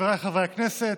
חבריי חברי הכנסת,